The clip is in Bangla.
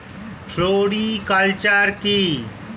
ফ্লোরিকালচার কি?